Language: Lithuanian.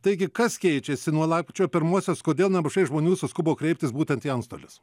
taigi kas keičiasi nuo lapkričio pirmosios kodėl nemažai žmonių suskubo kreiptis būtent į antstolius